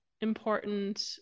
important